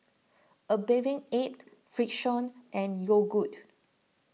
A Bathing Ape Frixion and Yogood